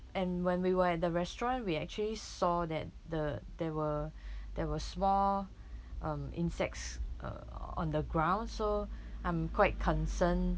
and when we were at the restaurant we actually saw that the there were there were small um insects uh on the ground so I'm quite concerned